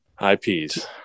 IPs